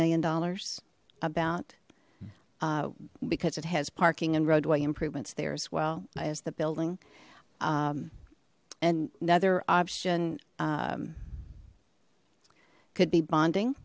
million dollars about because it has parking and roadway improvements there as well as the building and another option could be bonding